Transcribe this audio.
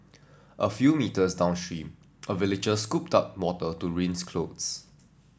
a few metres downstream a villager scooped up water to rinse clothes